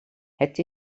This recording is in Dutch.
het